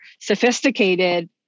sophisticated